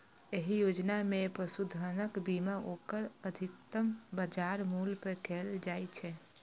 एहि योजना मे पशुधनक बीमा ओकर अधिकतम बाजार मूल्य पर कैल जाइ छै